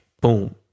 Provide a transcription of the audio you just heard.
boom